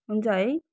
हुन्छ है